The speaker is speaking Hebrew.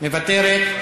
מוותרת.